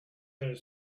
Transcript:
her